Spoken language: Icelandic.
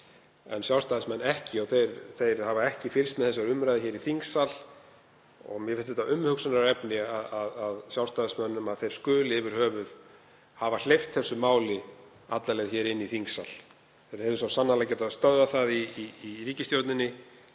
en Sjálfstæðismenn ekki. Þeir hafa ekki fylgst með þessari umræðu í þingsal og mér finnst umhugsunarefni að Sjálfstæðismenn skuli yfir höfuð hafa hleypt þessu máli alla leið inn í þingsal. Þeir hefðu svo sannarlega getað stöðvað það í ríkisstjórninni